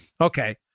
Okay